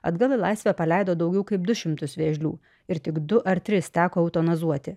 atgal į laisvę paleido daugiau kaip du šimtus vėžlių ir tik du ar tris teko autonazuoti